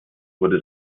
wurde